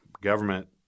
government